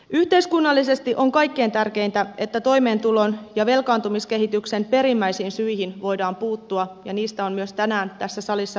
yhteiskunnallisesti on kaikkein tärkeintä että toimeentulon ja velkaantumiskehityksen perimmäisiin syihin voidaan puuttua ja niistä on myös tänään tässä salissa puhuttu